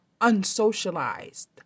unsocialized